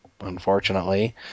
unfortunately